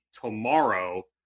tomorrow